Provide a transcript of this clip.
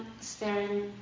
staring